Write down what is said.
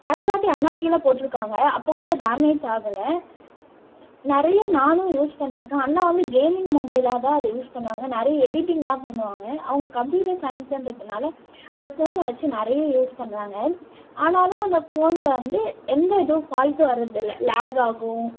நிறைய வாட்டி அண்ணா கீழே போட்டிருக்காங்க அப்போது கூட டேமேஜ் ஆகலை நிறைய நானும் யூஸ் பண்ணியிருக்கேன் அண்ணா வந்து கேமிங் மொபைலாக தான் அதை யூஸ் பண்ணிணாங்க நிறைய எடிட்டிங்யெலாம் பண்ணுவாங்க அவங்க கம்பியூட்டர் சைன்ஸ்கிறதுனால அந்த ஃபோனை வச்சு நிறைய யூஸ் பண்ணுவாங்க ஆனாலும் அந்த ஃபோனில் வந்து எந்த இதுவும் ஃபால்ட்டும் வர்றது இல்லை லேக் ஆகும்